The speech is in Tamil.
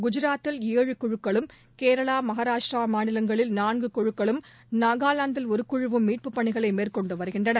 குஜராத்தில் ஏழு குழுக்களும் கேரளா மகாராஷ்டிரா மாநிலங்களில் நான்கு குழுக்களும் நாகாலாந்தில் ஒரு குழுவும் மீட்புப்பணிகளை மேற்கொண்டு வருகின்றன